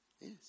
Yes